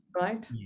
right